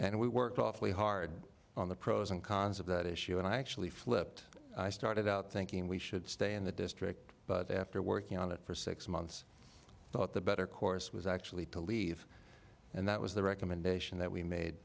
and we worked awfully hard on the pros and cons of that issue and i actually flipped i started out thinking we should stay in the district but after working on it for six months i thought the better course was actually to leave and that was the recommendation that we made